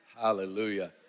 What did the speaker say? Hallelujah